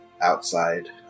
outside